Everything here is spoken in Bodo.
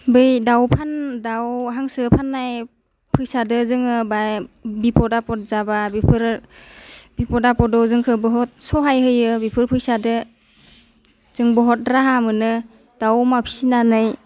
बे दाउ फान दाउ हांसो फाननाय फैसादो जोङो बाय बिफद आफद जाबा बेफोर बिफद आफदआव जोंखौ बहुद सहाय होयो बेफोर फैसादो जों बहुद राहा मोनो दाउ अमा फिनानै